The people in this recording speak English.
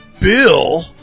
Bill